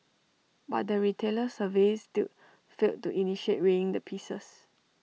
but the retailers surveyed still failed to initiate weighing the pieces